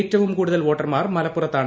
ഏറ്റവും കൂടുതൽ വോട്ടർമാർ മലപ്പുറത്താണ്